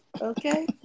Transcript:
okay